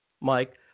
Mike